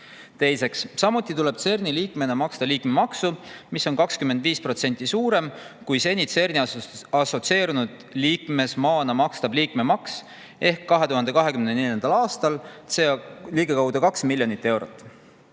Teiseks, samuti tuleb CERN‑i liikmena maksta liikmemaksu, mis on 25% suurem kui seni CERN‑i assotsieerunud liikmesmaana makstav liikmemaks ehk 2024. aastal ligikaudu 2 miljonit eurot.